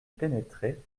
pénétrait